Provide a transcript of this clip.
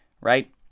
right